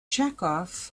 chekhov